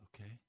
Okay